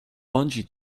bungee